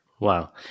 Wow